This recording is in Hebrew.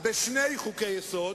לחוק-יסוד: